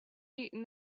eating